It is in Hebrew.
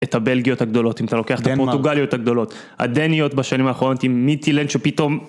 את הבלגיות הגדולות, אם אתה לוקח את הפורטוגליות הגדולות, הדניות בשנים האחרונות עם מיטי לנד שפתאום...